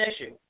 issue